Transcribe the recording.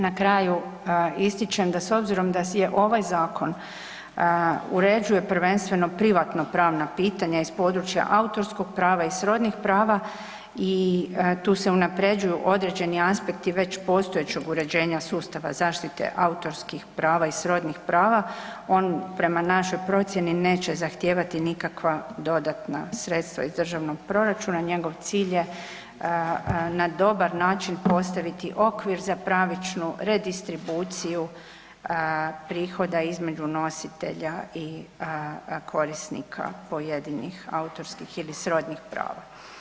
Na kraju ističem da s obzirom da je ovaj zakon uređuje prvenstveno privatno-pravna pitanja iz područja autorskog prava i srodnih prava i tu se unaprjeđuju određeni aspekti već postojećeg uređenja sustava zaštite autorskih prava i srodnih prava, on prema našoj procjeni neće zahtijevati nikakva dodatna sredstva iz državnog proračuna, njegov cilj je na dobar način postaviti okvir za pravičnu redistribuciju prihoda između nositelja i korisnika pojedinih autorskih ili srodnih prava.